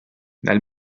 nel